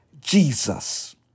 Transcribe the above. Jesus